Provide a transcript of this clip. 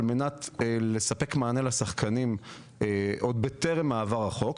על מנת לספק מענה לשחקנים עוד בטרם העברת החוק.